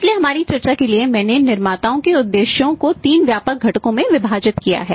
इसलिए हमारी चर्चा के लिए मैंने निर्माताओं के उद्देश्यों को तीन व्यापक घटकों में विभाजित किया है